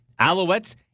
Alouettes